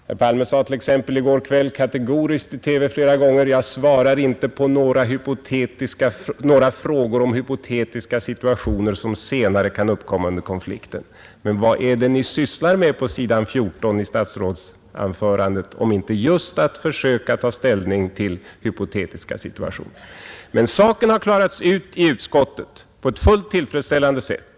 Herr Palme sade t.ex. i går kväll kategoriskt i TV flera gånger: Jag svarar inte på några frågor om hypotetiska situationer som senare kan uppkomma under konflikten. Men vad är det ni sysslar med i statsrådsuttalandet på s. 14 i propositionen om inte just att försöka ta ställning till hypotetiska situationer? Saken har emellertid klarats ut i utskottet på ett fullt tillfredsställande sätt.